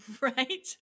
Right